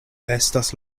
estas